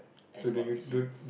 as what we seem